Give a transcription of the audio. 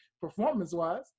performance-wise